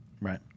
Right